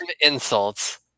insults